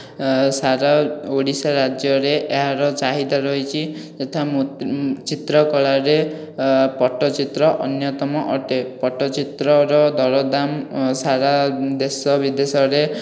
ଏହା ସାରା ଓଡ଼ିଶା ରାଜ୍ୟରେ ଏହାର ଚାହିଦା ରହିଛି ତଥା ଚିତ୍ରକଳାରେ ପଟ୍ଟଚିତ୍ର ଅନ୍ୟତମ ଅଟେ ପଟ୍ଟଚିତ୍ରର ଦରଦାମ୍ ସାରା ଦେଶ ବିଦେଶରେ